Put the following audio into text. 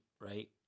right